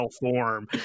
form